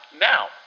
Now